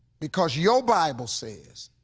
because your bible says,